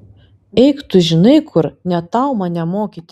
eik tu žinai kur ne tau mane mokyti